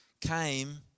came